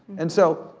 and so,